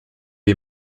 est